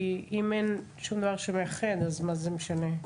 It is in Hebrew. כי אם אין שום דבר שמאחד אז מה זה משנה?